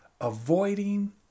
Avoiding